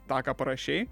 tą ką parašei